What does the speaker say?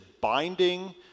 binding